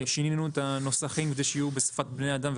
שינינו גם את הנוסחים כדי שיהיו בשפת בני אדם,